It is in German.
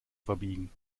verbiegen